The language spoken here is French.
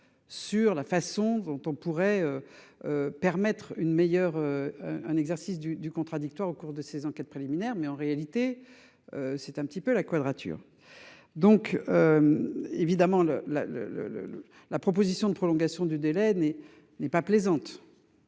à la manière dont on pourrait permettre un exercice du contradictoire au cours de ces enquêtes préliminaires. En réalité, c'est un peu la quadrature du cercle. Évidemment, la proposition de prolongation du délai n'est pas plaisante.